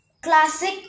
Classic